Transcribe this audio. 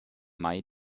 may